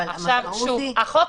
(היו"ר אוסאמה סעדי,